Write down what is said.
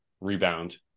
rebound